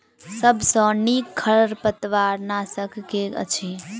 सबसँ नीक खरपतवार नाशक केँ अछि?